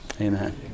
Amen